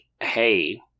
hey